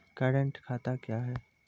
Current खाता क्या हैं?